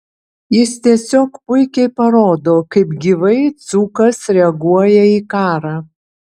jis tiesiog puikiai parodo kaip gyvai dzūkas reaguoja į karą